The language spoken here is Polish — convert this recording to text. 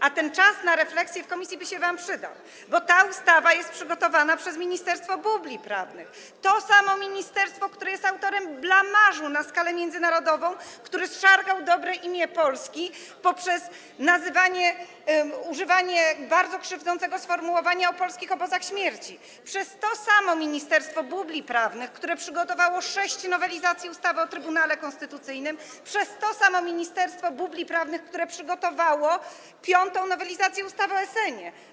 A ten czas na refleksje w komisji by się wam przydał, bo ta ustawa jest przygotowana przez ministerstwo bubli prawnych, przez to samo ministerstwo, które jest autorem blamażu na skalę międzynarodową, które zszargało dobre imię Polski poprzez używanie bardzo krzywdzącego sformułowania: polskie obozy śmierci, przez to samo ministerstwo bubli prawnych, które przygotowało 6 nowelizacji ustawy o Trybunale Konstytucyjnym, przez to samo ministerstwo bubli prawnych, które przygotowało piątą nowelizację ustawy o SN.